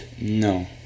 No